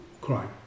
crime